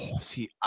See